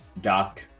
Doc